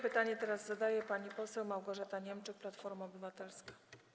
Pytanie teraz zadaje pani poseł Małgorzata Niemczyk, Platforma Obywatelska.